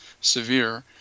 severe